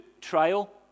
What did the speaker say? trial